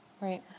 Right